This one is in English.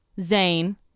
Zane